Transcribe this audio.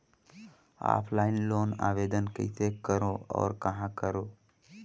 Offline loan आवेदन कइसे करो और कहाँ करो?